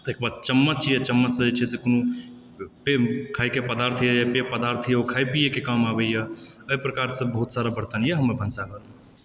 ताहिके बाद चम्मच यऽ चम्मचसंँ जे छै से कोनो खाएके पदार्थ यऽ पेय पदार्थ यऽ ओ खाए पीऐके काम आबैए एहि प्रकारसँ बहुत सारा बर्तन यऽ हमर भनसा घरमे